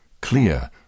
Clear